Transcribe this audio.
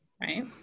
right